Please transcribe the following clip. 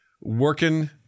working